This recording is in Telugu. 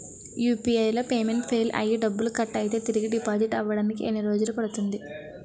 యు.పి.ఐ లో పేమెంట్ ఫెయిల్ అయ్యి డబ్బులు కట్ అయితే తిరిగి డిపాజిట్ అవ్వడానికి ఎన్ని రోజులు పడుతుంది?